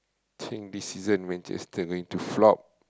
think this season Manchester going to flop